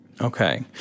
Okay